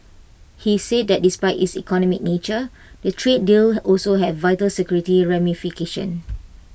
he said that despite its economic nature the trade deal also have vital security ramifications